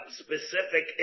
specific